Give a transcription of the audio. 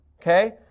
Okay